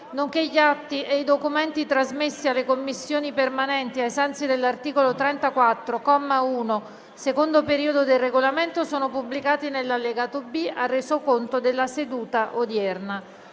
nonché gli atti e i documenti trasmessi alle Commissioni permanenti ai sensi dell'articolo 34, comma 1, secondo periodo, del Regolamento sono pubblicati nell'allegato B al Resoconto della seduta odierna.